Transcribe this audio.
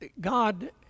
God